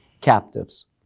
captives